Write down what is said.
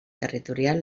territorial